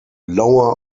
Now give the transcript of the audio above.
lower